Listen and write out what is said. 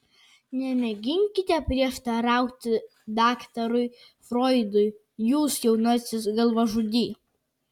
nemėginkite prieštarauti daktarui froidui jūs jaunasis galvažudy